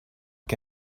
que